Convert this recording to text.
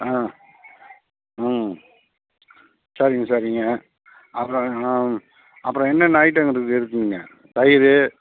ஆ ம் சரிங்க சரிங்க அப்புறம் அப்புறம் என்னென்ன ஐட்டம் இருக்குது இருக்குதுங்க தயிர்